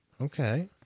Okay